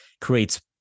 creates